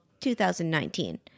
2019